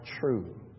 true